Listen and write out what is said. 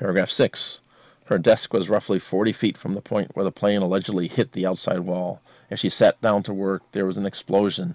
paragraph six her desk was roughly forty feet from the point where the plane allegedly hit the outside wall and she sat down to work there was an explosion